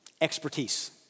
expertise